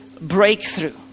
breakthrough